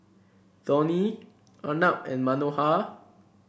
Dhoni Arnab and Manohar